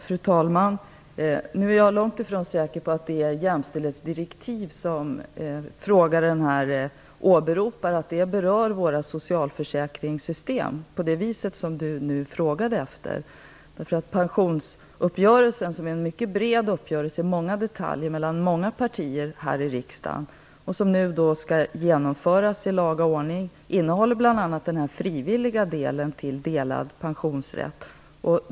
Fru talman! Jag är långt ifrån säker på att det jämställdhetsdirektiv frågaren här åberopar berör våra socialförsäkringssystem på det viset. Pensionsuppgörelsen är en mycket bred uppgörelse med många detaljer och mellan många partier här i riksdagen. Den skall nu genomföras i laga ordning. Den innehåller bl.a. denna frivilliga del med möjlighet till delad pensionsrätt.